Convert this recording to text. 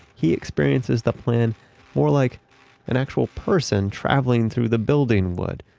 he experiences the plan more like an actual person traveling through the building would.